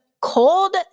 cold